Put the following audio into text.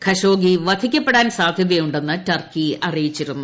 Khashoggi വധിക്കപ്പെടാൻ സാധൃതയുണ്ടെന്ന് Turkey അറിയിച്ചിരുന്നു